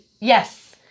Yes